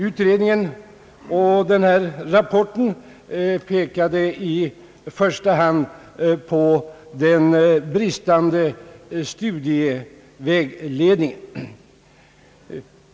Utredningen och rapporten pekade i första hand på den bristande studievägledningen.